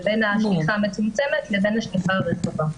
בין השליחה המצומצמת לבין השליחה הרחבה.